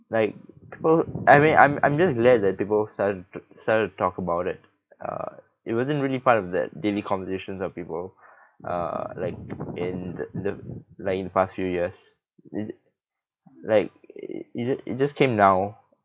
like people I mean I'm I'm just glad that people started to started to talk about it uh it wasn't really part of that daily conversations of people uh like in the the like in the past few years it like it just it just came now